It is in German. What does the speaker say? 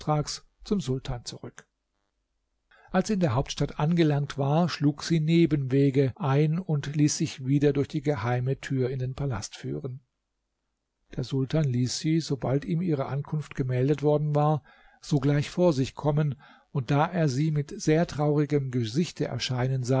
zum sultan zurück als sie in der hauptstadt angelangt war schlug sie nebenwege ein und ließ sich wieder durch die geheime tür in den palast führen der sultan ließ sie sobald ihm ihre ankunft gemeldet worden war sogleich vor sich kommen und da er sie mit sehr traurigem gesichte erscheinen